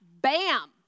bam